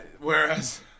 Whereas